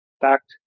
Fact